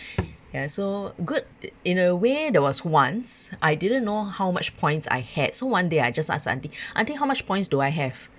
ya so good in a way there was once I didn't know how much points I had so one day I just ask the auntie auntie how much points do I have